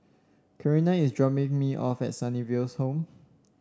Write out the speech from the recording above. Kaleena is dropping me off at Sunnyville Home